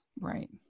Right